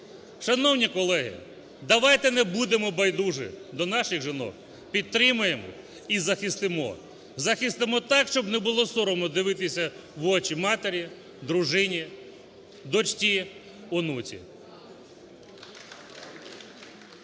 Шановні колеги! Давайте не будемо байдужими до наших жінок. Підтримаємо і захистимо. Захистимо так, щоб не було соромно дивитися в очі матері, дружині, дочці, онуці.